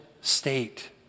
state